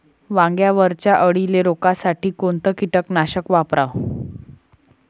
वांग्यावरच्या अळीले रोकासाठी कोनतं कीटकनाशक वापराव?